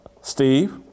Steve